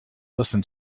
listen